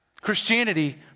Christianity